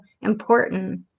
important